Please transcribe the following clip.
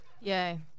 Yay